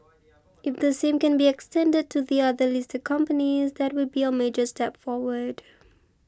if the same can be extended to the other listed companies that would be a major step forward